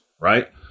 Right